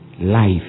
life